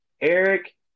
Eric